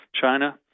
China